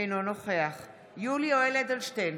אינו נוכח יולי יואל אדלשטיין,